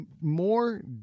more